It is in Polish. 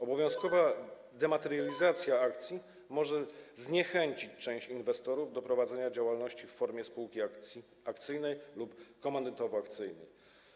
Obowiązkowa dematerializacja akcji może zniechęcić część inwestorów do prowadzenia działalności w formie spółki akcyjnej lub komandytowo-akcyjnej.